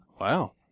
Wow